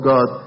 God